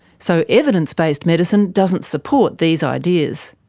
so evidence-based medicine doesn't support these ideas.